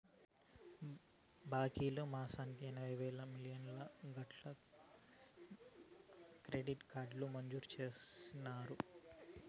బాంకీలోల్లు మాసానికి ఎనభైయ్యేలు లిమిటు గల క్రెడిట్ కార్డు మంజూరు చేసినారు